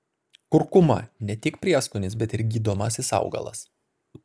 kurkuma ne tik prieskonis bet ir gydomasis augalas